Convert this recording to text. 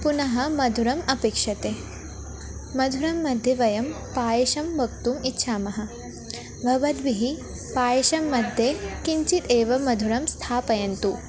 पुनः मधुरम् अपेक्षते मधुरं मध्ये वयं पायसं वक्तुम् इच्छामः भवद्भिः पायसं मध्ये किञ्चित् एव मधुरं स्थापयन्तु